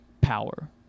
power